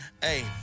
hey